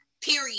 Period